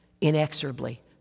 inexorably